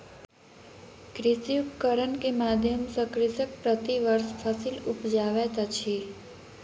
कृषि उपकरण के माध्यम सॅ कृषक प्रति वर्ष फसिल उपजाबैत अछि